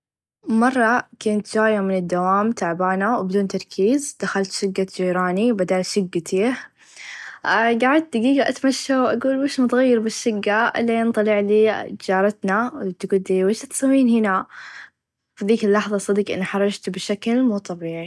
مره كنت چايه من الدوام تعبانه و بدون تركيز دخلت شقه چيراني بدال شقتي قعدت دقيقه أتمشى و أقول وش متغير بالشقه إلين طلعلي چارتنا وإنتي كنتي ويش تساوين هنا في هاذيك اللحظه صدق إنحرچت بشكل مو طبيعي.